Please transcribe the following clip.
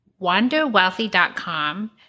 WanderWealthy.com